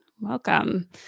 Welcome